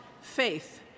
faith